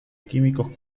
químicos